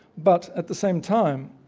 but at the same time,